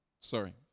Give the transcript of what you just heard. sorry